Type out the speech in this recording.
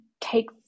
take